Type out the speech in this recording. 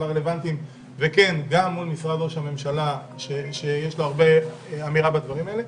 הרלוונטיים וגם מול משרד ראש הממשלה שיש לו הרבה אמירה בדברים האלה.